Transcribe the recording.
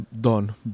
done